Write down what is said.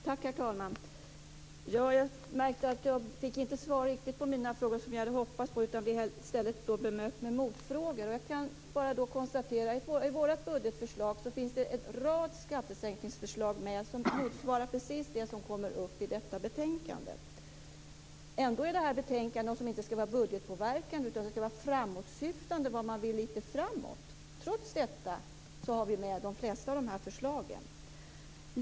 Herr talman! Jag märkte att jag inte riktigt fick svar på mina frågor, som jag hade hoppats på, utan i stället blev bemött med motfrågor. Jag kan bara konstatera att i vårt budgetförslag finns en rad skattesänkningsförslag som motsvarar precis det som kommer upp i detta betänkande. Ändå skall det här betänkandet inte vara budgetpåverkande, utan det skall vara framåtsyftande, handla om det man vill framöver. Trots detta har vi med de flesta av de här förslagen.